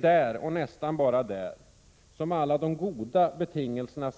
Där, och nästan bara där, finns alla de goda betingelserna